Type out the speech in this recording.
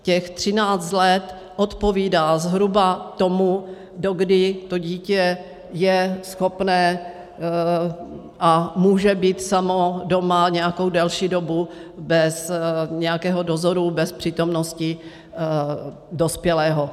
Těch třináct let odpovídá zhruba tomu, dokdy je dítě schopné a může být samo doma nějakou delší dobu bez nějakého dozoru, bez přítomnosti dospělého.